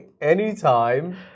anytime